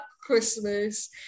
Christmas